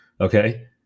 okay